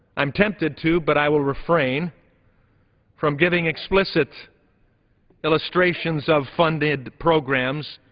i'm tempted to but i will refrain from giving explicit illustrations of funded programs,